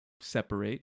separate